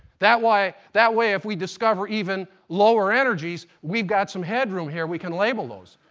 that way that way if we discover even lower energies, we've got some head room here, we can label those.